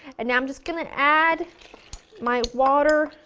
and now i'm just going to add my water,